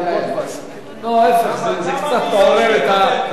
לא, ההיפך, זה קצת מעורר את הדיון.